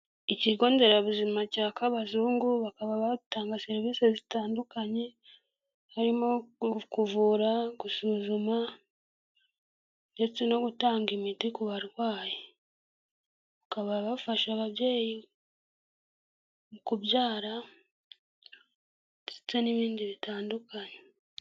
Ikigonderabuzima cya Kabazungu bakaba batanga serivisi zitandukanye harimo kuvura gusuzuma ndetse no gutanga imiti ku barwayi, bakaba bafasha ababyeyi kubyara ndetse n'ibindi bitandukanye.